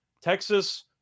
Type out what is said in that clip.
Texas